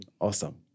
Awesome